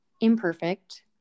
imperfect